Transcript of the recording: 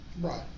Right